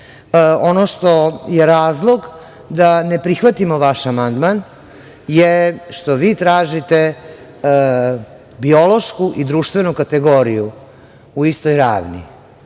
što je razlog da ne prihvatimo vaš amandman je što vi tražite biološku i društvenu kategoriju u istoj ravni.